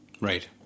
Right